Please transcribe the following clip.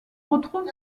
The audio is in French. retrouve